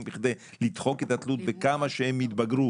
כדי לדחוק את התלות בכמה שהם יתבגרו,